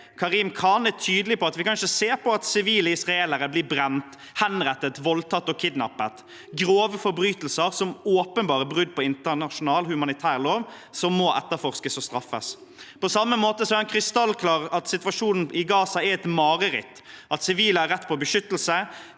Karim Khan, er tydelig på at vi ikke kan se på at sivile israelere blir brent, henrettet, voldtatt og kidnappet. Dette er grove forbrytelser som er åpenbare brudd på internasjonal humanitær lov, og som må etterforskes og straffes. På samme måte er han krystallklar på at situasjonen i Gaza er et mareritt, og at sivile har rett til beskyttelse.